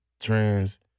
trans